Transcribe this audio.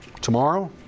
tomorrow